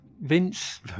Vince